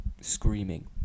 screaming